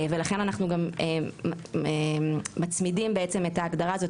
ולכן אנחנו גם מצמידים בעצם את ההגדרה הזאת